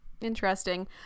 interesting